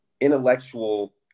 intellectual